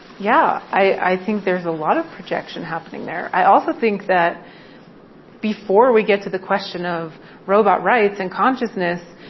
yeah. i think there's a lot of projection happening there. i also think that before we get to the question of robot rights and consciousness,